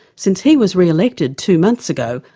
since he was re-elected two months ago,